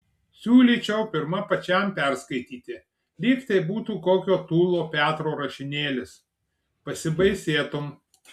siūlyčiau pirma pačiam perskaityti lyg tai būtų kokio tūlo petro rašinėlis pasibaisėtum